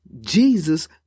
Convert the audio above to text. Jesus